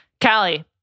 Callie